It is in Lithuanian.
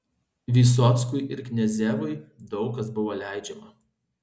vysockui ir kniazevui daug kas buvo leidžiama